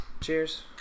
Cheers